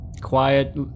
quiet